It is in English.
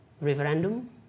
referendum